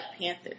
Panther